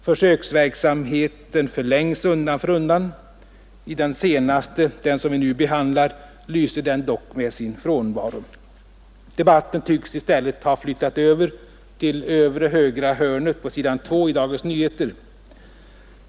Försöksverksamheten förlängs undan för undan. I den senaste — den som vi behandlar — lyser den dock med sin frånvaro. Debatten tycks i stället ha flyttat över till övre högra hörnet på sidan 2 i Dagens Nyheter.